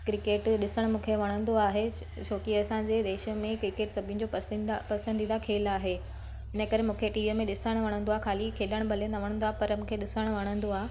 cricket ॾिसण मूंखे वणंदो आहे छो छोकी असांजे देश में क्रिकेट सभिनी जो पसींदा पसंदीदा खेलु आहे इनकरे मूंखे टीवीअ में ॾिसणु वणंदो आहे ख़ाली खेॾणु भले न वणंदो आहे पर मूंखे ॾिसणु वणंदो आहे